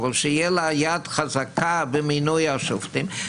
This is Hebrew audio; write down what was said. אבל שתהיה לה יד חזקה במינוי השופטים.